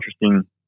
interesting